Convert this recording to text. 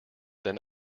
than